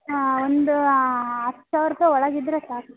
ಒಂದು ಹತ್ತು ಸಾವಿರ ರೂಪಾಯಿ ಒಳಗೆ ಇದ್ದರೆ ಸಾಕು